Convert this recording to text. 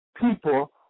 people